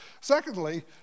Secondly